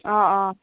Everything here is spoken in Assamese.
অ' অ'